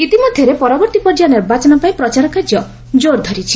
ଇତିମଧ୍ୟରେ ପରବର୍ତ୍ତୀ ପର୍ଯ୍ୟାୟ ନିର୍ବାଚନ ପାଇଁ ପ୍ରଚାର କାର୍ଯ୍ୟ ଜୋର୍ ଧରିଛି